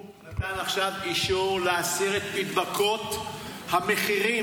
הוא נתן עכשיו אישור להסיר את מדבקות המחירים.